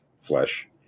flesh